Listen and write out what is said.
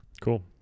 Cool